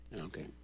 Okay